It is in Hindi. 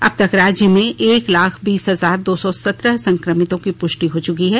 अब तक राज्य में एक लाख बीस हजार दो सौ सत्रह संक्रमितों की पुष्टि हो चुकी है